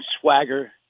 swagger